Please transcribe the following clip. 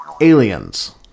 Aliens